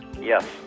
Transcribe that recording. yes